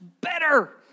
better